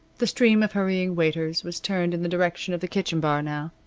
the stream of hurrying waiters was turned in the direction of the kitchen bar now.